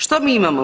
Što mi imamo?